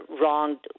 wronged